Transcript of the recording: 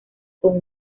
con